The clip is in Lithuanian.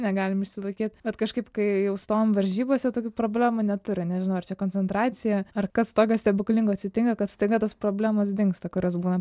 negalim išsilaikyt bet kažkaip kai jau stovim varžybose tokių problemų neturi nežinau ar čia koncentracija ar kas tokio stebuklingo atsitinka kad staiga tos problemos dingsta kurios būna